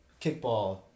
kickball